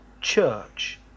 church